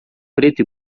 preto